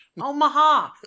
Omaha